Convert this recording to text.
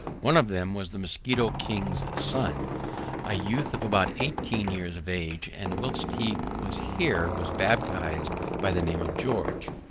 one of them was the musquito king's son a youth of about eighteen years of age and whilst he was here he was baptized by the name of george.